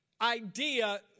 idea